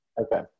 Okay